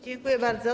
Dziękuję bardzo.